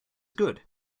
good